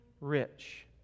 rich